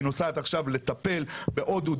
היא נוסעת עכשיו לטפל בהודו.